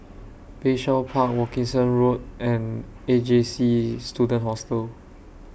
Bayshore Park Wilkinson Road and A J C Student Hostel